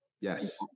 yes